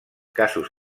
casos